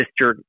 Mr